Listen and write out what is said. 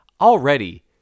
already